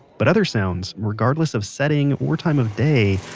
but other sounds, regardless of setting, or time of day,